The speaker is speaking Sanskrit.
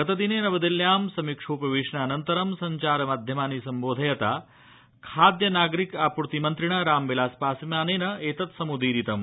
गतदिने नवदिल्ल्यां समीक्षोपवेशनानन्तरं सञ्चारमाध्यमानि सम्बोधयता खाद्य नागरिकापूर्ति मन्त्रिणा एतत् सम्दीरितम्